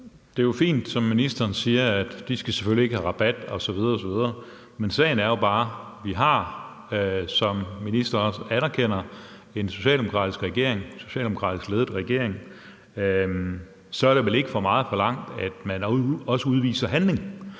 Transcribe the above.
det er jo fint, som ministeren siger, at de selvfølgelig ikke skal have rabat osv. osv. Men sagen er jo bare, at vi, som ministeren også anerkender, har en socialdemokratisk ledet regering, og så er det vel ikke for meget forlangt, at man også udviser handling.